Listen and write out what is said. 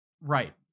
right